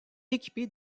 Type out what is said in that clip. équipée